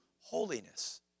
holiness